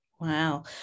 Wow